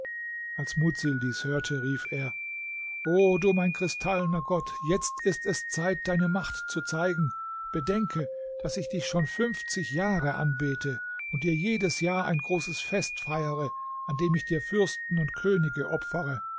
als mudsil dies hörte rief er o du mein kristallener gott jetzt ist es zeit deine macht zu zeigen bedenke daß ich dich schon fünfzig jahre anbete und dir jedes jahr ein großes fest feiere an dem ich dir fürsten und könige opfere